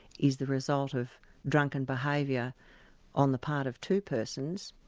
is the result of drunken behaviour on the part of two persons,